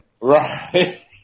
Right